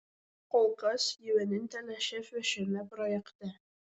kol kas ji vienintelė šefė šiame projekte